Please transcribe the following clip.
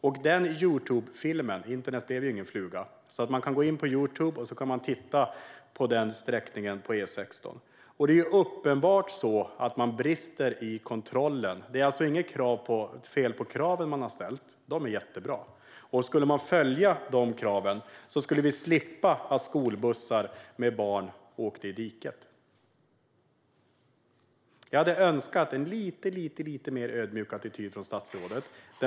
Eftersom internet inte blev någon fluga kan vi gå in på Youtube och se filmen av den sträckningen på E16. Det är uppenbart att det brister i kontrollen. Det är alltså inget fel på de krav som har ställts, utan de är jättebra. Skulle kraven följas skulle vi slippa se skolbussar med barn åka i diket. Jag hade önskat en lite, lite mer ödmjuk attityd från statsrådet.